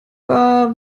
wahr